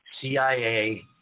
cia